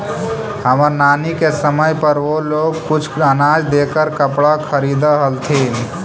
हमर नानी के समय पर वो लोग कुछ अनाज देकर कपड़ा खरीदअ हलथिन